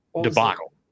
debacle